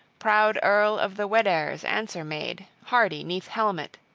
proud earl of the weders answer made, hardy neath helmet